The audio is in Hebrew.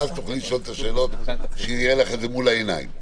ואז תוכלי לשאול את השאלות כשיהיה לך את זה מול העיניים.